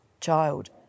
child